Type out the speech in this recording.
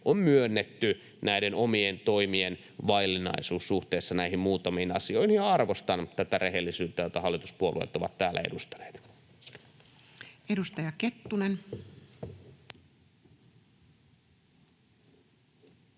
on myönnetty näiden omien toimien vaillinaisuus suhteessa näihin muutamiin asioihin, ja arvostan tätä rehellisyyttä, jota hallituspuolueet ovat täällä edustaneet. [Speech